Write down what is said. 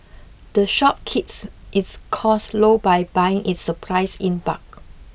the shop keeps its costs low by buying its supplies in bulk